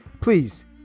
please